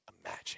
imagine